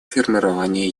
формирование